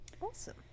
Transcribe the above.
Awesome